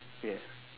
ya